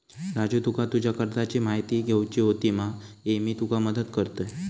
राजू तुका तुज्या कर्जाची म्हायती घेवची होती मा, ये मी तुका मदत करतय